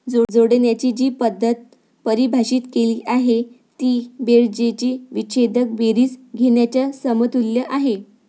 जोडण्याची जी पद्धत परिभाषित केली आहे ती बेरजेची विच्छेदक बेरीज घेण्याच्या समतुल्य आहे